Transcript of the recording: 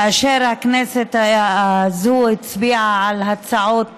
כאשר הכנסת הזו הצביעה על הצעות